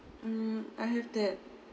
mm I have that